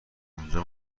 اونجا